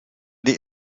die